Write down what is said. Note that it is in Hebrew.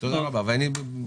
אלכס.